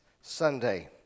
Sunday